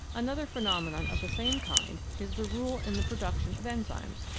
another phenomenon of the same kind is the rule in the production of enzymes.